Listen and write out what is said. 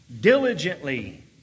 diligently